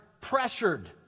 pressured